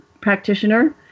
practitioner